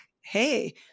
hey